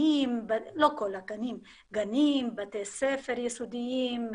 גנים, בתי ספר יסודיים,